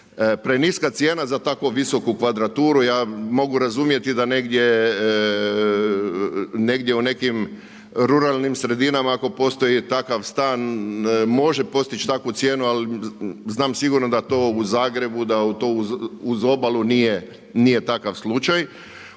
preniska cijena za tako visoku kvadraturu. Ja mogu razumjeti da negdje u nekim ruralnim sredinama ako postoji takav stan može postići takvu cijenu ali znam sigurno da to u Zagrebu, da to uz obalu nije takav slučaj.